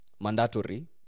mandatory